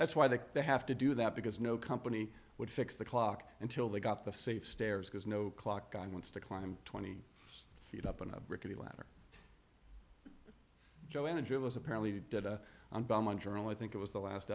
that's why they they have to do that because no company would fix the clock until they got the safe stairs because no clock guy wants to climb twenty feet up in a rickety latter joanna drivels apparently did a journal i think it was the last